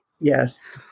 Yes